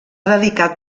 dedicat